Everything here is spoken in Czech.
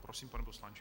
Prosím, pane poslanče.